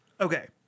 Okay